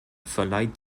verleiht